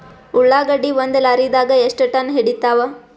ಉಳ್ಳಾಗಡ್ಡಿ ಒಂದ ಲಾರಿದಾಗ ಎಷ್ಟ ಟನ್ ಹಿಡಿತ್ತಾವ?